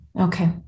Okay